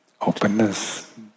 Openness